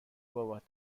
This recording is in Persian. بابات